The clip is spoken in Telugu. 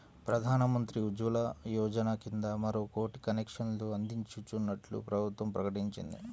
ప్రధాన్ మంత్రి ఉజ్వల యోజన కింద మరో కోటి కనెక్షన్లు అందించనున్నట్లు ప్రభుత్వం ప్రకటించింది